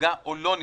שנפגע או לא נפגע.